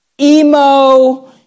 Emo